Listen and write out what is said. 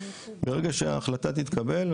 ברגע שההחלטה תתקבל,